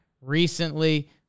recently